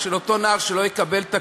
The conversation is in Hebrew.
שלא יקבל את הקצבאות.